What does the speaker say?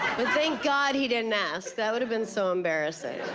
but thank god he didn't ask. that would have been so embarrassing.